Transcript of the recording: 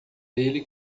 dele